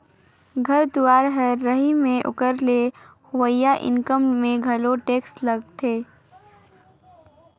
घर दुवार कर रहई में ओकर ले होवइया इनकम में घलो टेक्स लागथें